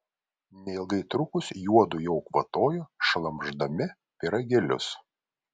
neilgai trukus juodu jau kvatojo šlamšdami pyragėlius